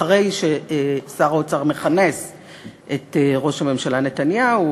אחרי ששר האוצר מכנס את ראש הממשלה נתניהו,